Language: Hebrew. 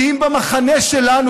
כי אם במחנה שלנו,